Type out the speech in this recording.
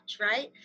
right